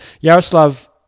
Yaroslav